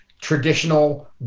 traditional